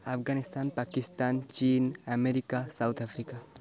ଆଫଗାନିସ୍ତାନ ପାକିସ୍ତାନ ଚୀନ America South Africa